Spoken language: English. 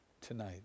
tonight